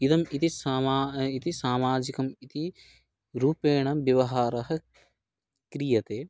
इदम् इति सामा इति सामाजिकम् इति रूपेण व्यवहारः क्रियते